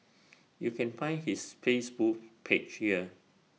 you can find his Facebook page here